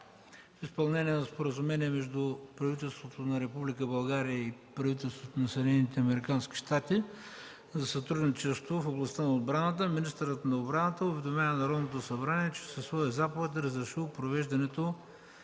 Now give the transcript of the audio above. В изпълнение на Споразумение между правителството на Република България и правителството на Съединените американски щати за сътрудничество в областта на отбраната, министърът на отбраната уведомява Народното събрание, че със своя заповед е разрешил провеждането